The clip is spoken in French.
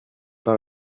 pas